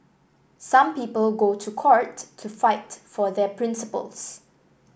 some people go to court to fight for their principles